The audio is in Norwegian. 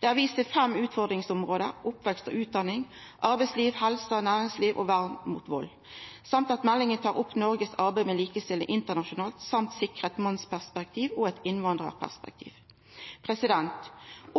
Det er vist til fem utfordringsområde: oppvekst og utdanning, arbeidsliv, helse, næringsliv og vern mot vald. I tillegg tek meldinga opp Noregs arbeid med likestilling internasjonalt, og ho sikrar eit mannsperspektiv og eit innvandrarperspektiv.